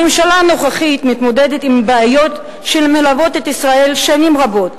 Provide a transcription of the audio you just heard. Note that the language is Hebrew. הממשלה הנוכחית מתמודדת עם בעיות שמלוות את ישראל שנים רבות,